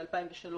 ב-2003